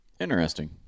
Interesting